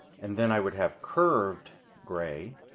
and then i would have curved gray.